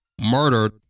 murdered